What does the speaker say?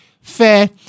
fair